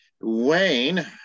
Wayne